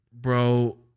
Bro